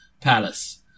palace